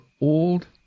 old